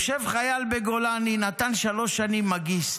יושב חייל בגולני, נתן שלוש שנים מאגיסט,